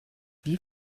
wie